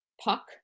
puck